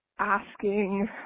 asking